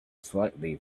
slightly